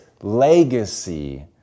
legacy